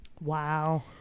Wow